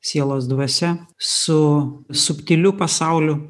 sielos dvasia su subtiliu pasauliu